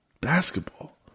basketball